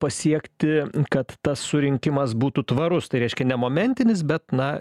pasiekti kad tas surinkimas būtų tvarus tai reiškia ne momentinis bet na